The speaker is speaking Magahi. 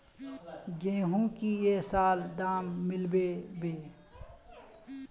गेंहू की ये साल दाम मिलबे बे?